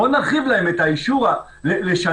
בואו נרחיב להם את האישור לשנה.